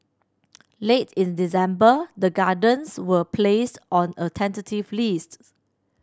late in December the Gardens was placed on a tentative list